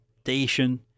station